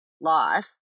life